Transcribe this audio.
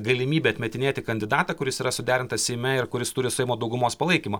galimybę atmetinėti kandidatą kuris yra suderintas seime ir kuris turi seimo daugumos palaikymą